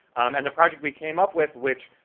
and the project we came up with, which,